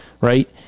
right